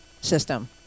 system